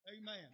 amen